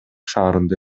шаарында